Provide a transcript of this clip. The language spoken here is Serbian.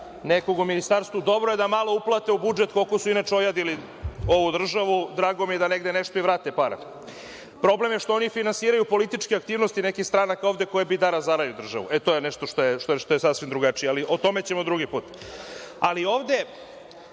nekog u ministarstvu, dobro je da malo uplate u budžet koliko su ojadili ovu državu, drago mi je da negde i vrate pare. Problem je što oni finansiraju političke aktivnosti nekih stranaka ovde, koje bi da razaraju državu. E, to je nešto što je sasvim drugačije, ali o tome ćemo drugi put. Ali, ovde,